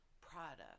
product